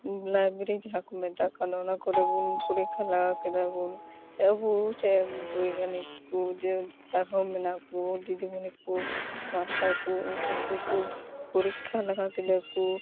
library ᱡᱟᱦᱟᱸ ᱠᱚ ᱢᱮᱛᱟᱜ ᱠᱟᱱ ᱫᱚ ᱚᱱᱟ ᱠᱚᱨᱮ ᱵᱚᱱ ᱯᱚᱨᱤᱠᱷᱟ ᱞᱟᱜᱟ ᱠᱮᱫᱟ ᱵᱚᱱ ᱥᱮ ᱟᱹᱵᱩ ᱥᱮ ᱵᱳᱭᱜᱟᱱᱤᱠ ᱠᱚ ᱡᱮ ᱟᱨᱦᱚᱸ ᱢᱮᱱᱟᱜ ᱠᱚ ᱫᱤᱫᱤ ᱢᱩᱱᱤ ᱠᱚ ᱢᱟᱥᱴᱟᱨ ᱠᱚ ᱩᱱᱠᱩ ᱠᱚ ᱠᱚ ᱯᱚᱨᱤᱠᱷᱟ ᱞᱮᱜᱟ ᱠᱮᱫᱟ ᱠᱚ